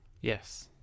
Yes